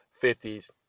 fifties